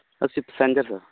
ਅਸੀਂ passenger sir